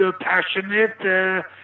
passionate